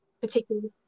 particularly